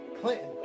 Clinton